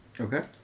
Okay